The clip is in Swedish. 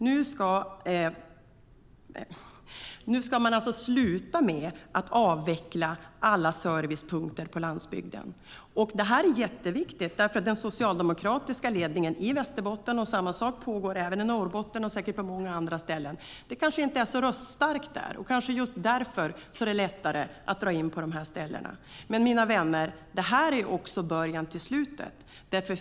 Nu måste man sluta avveckla alla servicepunkter på landsbygden. Det är jätteviktigt att den socialdemokratiska ledningen i Västerbotten inser detta. Samma sak pågår i Norrbotten och säkert också på många andra ställen. Det är inte så röststarkt där, och därför är det kanske lättare att dra in på dessa orter. Men, mina vänner, det är också början till slutet.